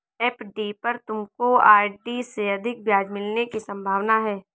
FD पर तुमको RD से अधिक ब्याज मिलने की संभावना है